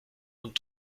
und